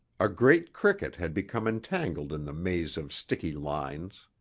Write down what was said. a great cricket had become entangled in the maze of sticky lines.